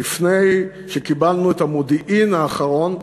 לפני שקיבלנו את המודיעין האחרון,